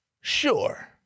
Sure